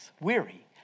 Weary